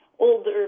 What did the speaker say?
older